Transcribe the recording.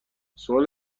سوال